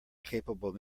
capable